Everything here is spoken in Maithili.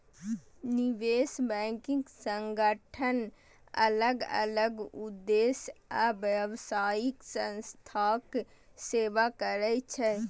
निवेश बैंकिंग संगठन अलग अलग उद्देश्य आ व्यावसायिक संस्थाक सेवा करै छै